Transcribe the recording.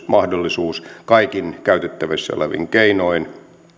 mahdollisuus kaikin käytettävissä olevin keinoin